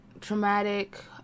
traumatic